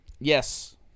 Yes